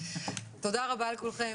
תודה רבה לכולכם.